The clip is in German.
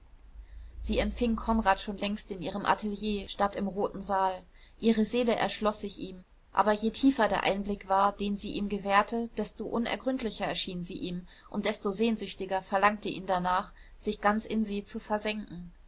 sie empfing konrad schon längst in ihrem atelier statt im roten saal ihre seele erschloß sich ihm aber je tiefer der einblick war den sie ihm gewährte desto unergründlicher erschien sie ihm und desto sehnsüchtiger verlangte ihn danach sich ganz in sie zu versenken